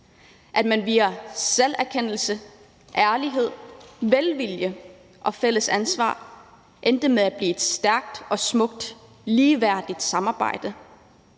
at man via selverkendelse, ærlighed, velvilje og fælles ansvar endte med at få et stærkt og smukt ligeværdigt samarbejde.